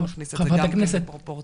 זה מכניס את זה גם לפרופורציה.